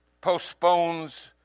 postpones